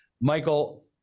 Michael